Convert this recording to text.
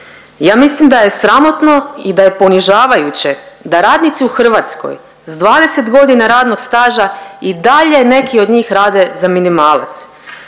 Ja mislim da je sramotno i da je ponižavajuće da radnici u Hrvatskoj s 20 godina radnog staža i dalje neki od njih rade za minimalac.